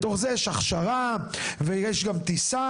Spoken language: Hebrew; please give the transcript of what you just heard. בתוך זה יש הכשרה ויש גם טיסה״.